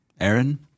Aaron